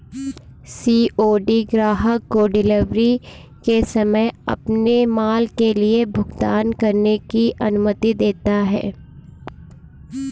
COD ग्राहक को delivery के समय अपने माल के लिए भुगतान करने की अनुमति देता है